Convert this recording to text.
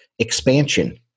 Expansion